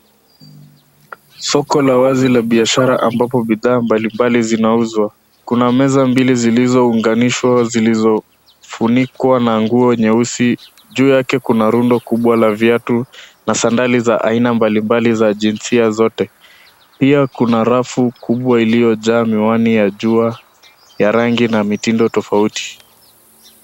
Soko la wazi la biashara ambapo bidhaa mbalimbali zinauzwa. Kuna meza mbili zilizounganishwa zilizofunikwa na nguo nyeusi, juu yake kuna rundo kubwa la viatu na sandali za aina mbalimbali za jinsia zote. Pia kuna rafu kubwa iliyojaa miwani ya jua ya rangi na mitindo tofauti.